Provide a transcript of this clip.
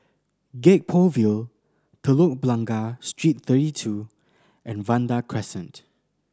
Gek Poh Ville Telok Blangah Street Thirty Two and Vanda Crescent